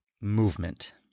movement